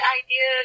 idea